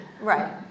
Right